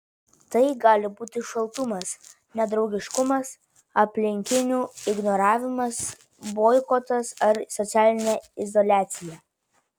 tai gali būti šaltumas nedraugiškumas aplinkinių ignoravimas boikotas ar socialinė izoliacija